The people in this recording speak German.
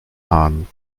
haaren